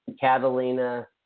Catalina